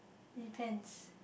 it depends